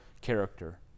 character